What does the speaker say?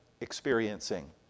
experiencing